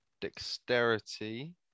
dexterity